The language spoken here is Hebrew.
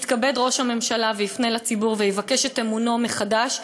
יתכבד ראש הממשלה ויפנה לציבור ויבקש את אמונו מחדש,